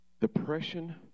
Depression